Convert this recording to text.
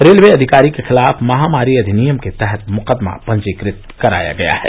railway अधिकारी के खिलाफ महामारी अधिनियम के तहत मुकदमा पंजीकृत कराया गया है